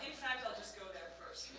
in fact, i'll just go there first.